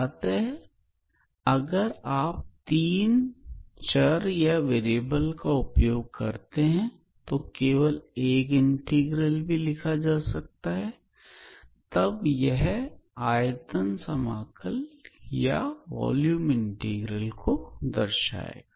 अतः अगर आप 3 चर का उपयोग करते हैं और केवल एक इंटीग्रल लिखते हैं तब भी इसका अर्थ आयतन समाकल होगा